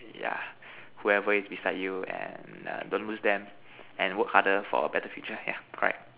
yeah whoever is beside you and err don't lose them and work harder for a better future yeah correct